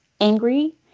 angry